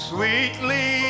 Sweetly